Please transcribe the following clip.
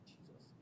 Jesus